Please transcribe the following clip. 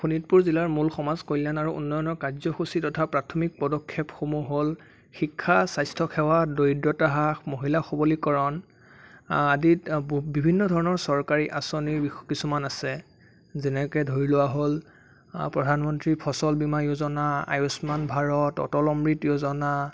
শোণিতপুৰ জিলাৰ মূল সমাজ কল্যাণ আৰু উন্নয়নৰ কাৰ্যসূচী তথা প্ৰাথমিক পদক্ষেপসমূহ হ'ল শিক্ষা স্বাস্থ্যসেৱা দৰিদ্ৰতাৰ হ্ৰাস মহিলাৰ সৱলীকৰণ আদিত ব বিভিন্ন ধৰণৰ চৰকাৰী আঁচনি কিছুমান আছে যেনেকৈ ধৰি লোৱা হ'ল প্ৰধান মন্ত্ৰী ফচল বীমা যোজনা আয়ুসমান ভাৰত অটল অমৃত যোজনা